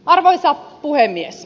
arvoisa puhemies